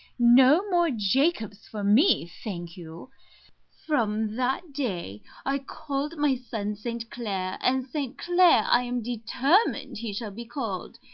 no more jacobs for me, thank you from that day i called my son st. clair and st. clair i am determined he shall be called.